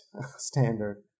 standard